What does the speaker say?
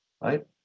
right